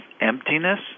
emptiness